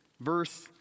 verse